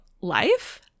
life